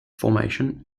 formation